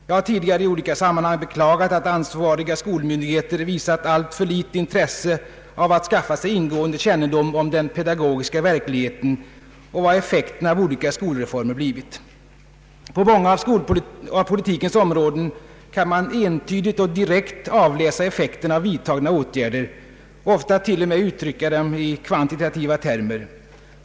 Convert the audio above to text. Jag har tidigare i olika sammanhang beklagat att ansvariga skolmyndigheter visat alltför litet intresse av att skaffa sig ingående kännedom om den pedagogiska verkligheten och vad effekten av olika skolreformer blivit. På många av politikens områden kan man entydigt och direkt avläsa effekterna av vidtagna åtgärder och ofta till och med uttrycka dem i kvantitativa termer.